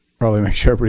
probably make sure but